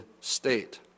state